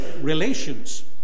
Relations